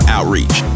Outreach